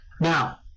Now